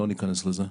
לא ניכנס לזה.